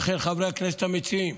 לכן, חברי הכנסת המציעים,